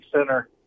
Center